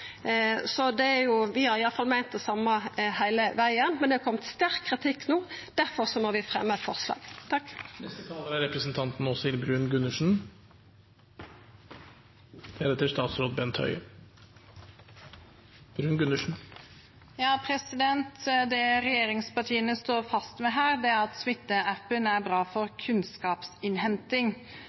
vi har meint det same heile vegen, men det har kome sterk kritikk no, og difor må vi fremja eit forslag. Det regjeringspartiene står fast ved her, er at Smittestopp-appen er bra for kunnskapsinnhenting, for da kan man gjennom denne appen se hvor befolkningen er